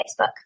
Facebook